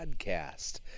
podcast